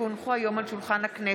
כי הונחו היום על שולחן הכנסת,